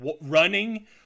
running